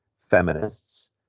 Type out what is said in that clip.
feminists